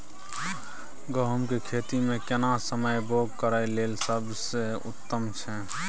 गहूम के खेती मे केना समय बौग करय लेल सबसे उत्तम छै?